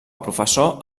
professor